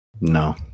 No